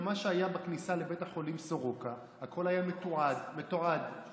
במה שהיה בכניסה לבית החולים סורוקה הכול היה מתועד בווידיאו,